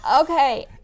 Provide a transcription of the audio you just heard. Okay